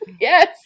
yes